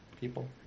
people